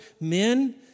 men